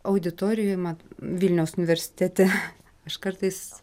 auditorijoje mat vilniaus universitete aš kartais